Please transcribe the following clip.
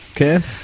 Okay